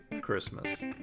Christmas